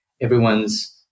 everyone's